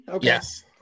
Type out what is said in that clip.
Yes